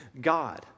God